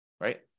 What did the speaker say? right